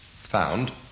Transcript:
found